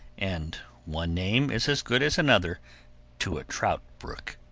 and one name is as good as another to a trout brook.